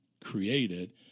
created